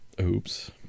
Oops